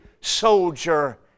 soldier